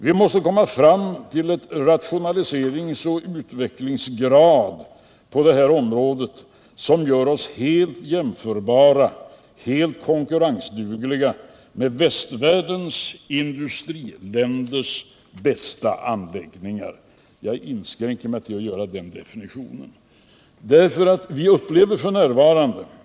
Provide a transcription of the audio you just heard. Vi måste komma fram till en rationaliseringsoch utvecklingsgrad på det här området som gör oss helt jämförbara och helt konkurrensdugliga med västvärldens industriländers bästa anläggningar — jag inskränker mig till att göra den definitionen. Vi upplever f. n.